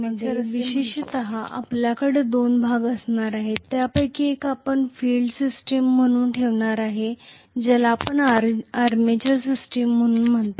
electrical मशीनमध्ये विशेषतः आपल्याकडे दोन भाग असणार आहेत त्यापैकी एक आपण फिल्ड सिस्टम म्हणून ठेवणार आहोत ज्याला आपण आर्मेचर सिस्टम म्हणून म्हणतो